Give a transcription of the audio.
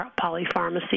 polypharmacy